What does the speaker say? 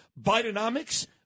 Bidenomics